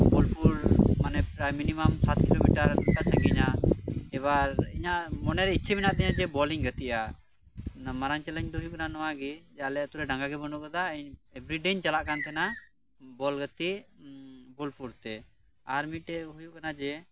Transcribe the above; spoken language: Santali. ᱵᱚᱞᱯᱩᱨ ᱯᱨᱟᱭ ᱢᱤᱱᱤᱢᱟᱢ ᱥᱟᱛ ᱠᱤᱞᱚᱢᱤᱴᱟᱨ ᱞᱮᱠᱟ ᱥᱟᱺᱜᱤᱧᱟ ᱮᱵᱟᱨ ᱤᱧᱟᱜ ᱢᱚᱱᱮᱨᱮ ᱤᱪᱷᱟ ᱢᱮᱱᱟᱜ ᱛᱤᱧᱟᱹ ᱡᱮ ᱵᱚᱞᱤᱧ ᱜᱟᱛᱤᱜᱼᱟ ᱢᱟᱨᱟᱝ ᱪᱮᱞᱮᱧ ᱫᱚ ᱦᱩᱭᱩᱜ ᱠᱟᱱᱟ ᱚᱱᱟᱜᱤ ᱟᱞᱮ ᱟᱛᱩᱨᱮ ᱰᱟᱸᱜᱟᱜᱤ ᱵᱟᱹᱱᱩᱜ ᱟᱠᱟᱫᱟ ᱤᱧ ᱮᱵᱷᱨᱤᱰᱮᱧ ᱪᱟᱞᱟᱜ ᱠᱟᱱᱛᱟᱦᱮᱱᱟ ᱵᱚᱞ ᱜᱟᱛᱤᱜᱵᱚᱞᱯᱩᱨ ᱛᱮ ᱟᱨ ᱢᱤᱫᱴᱮᱡ ᱦᱩᱭᱩᱜ ᱠᱟᱱᱟ ᱡᱮ